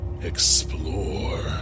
Explore